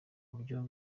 buryo